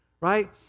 right